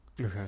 Okay